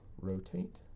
rotate.